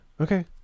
okay